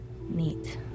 Neat